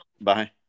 Bye